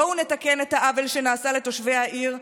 בואו נתקן את העוול שנעשה לתושבי העיר.